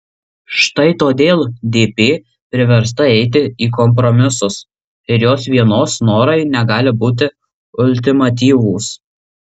štai todėl dp priversta eiti į kompromisus ir jos vienos norai negali būti ultimatyvūs